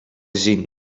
gezien